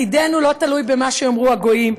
עתידנו לא תלוי במה שיאמרו הגויים,